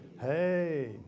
Hey